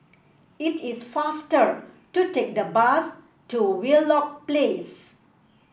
it is faster to take the bus to Wheelock Place